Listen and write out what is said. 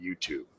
YouTube